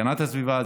הגנת הסביבה,